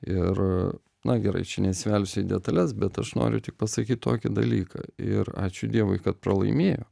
ir na gerai čia nesivelsiu į detales bet aš noriu tik pasakyt tokį dalyką ir ačiū dievui kad pralaimėjo